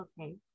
Okay